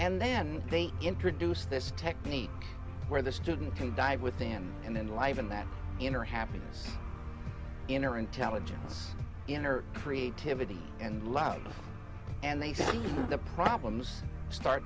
and then they introduce this technique where the student can dive with them and then live in that inner happiness in her intelligence in her creativity and loud and they see the problems start